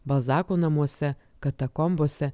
balzako namuose katakombose